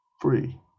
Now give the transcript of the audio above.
free